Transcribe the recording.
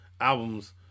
albums